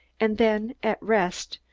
and then, at rest,